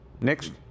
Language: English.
Next